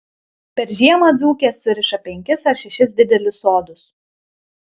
per žiemą dzūkės suriša penkis ar šešis didelius sodus